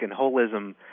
holism